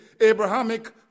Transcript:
Abrahamic